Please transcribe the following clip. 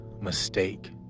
mistake